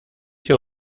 hier